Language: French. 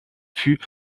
fut